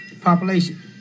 population